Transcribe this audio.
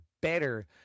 better